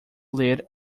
ler